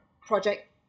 project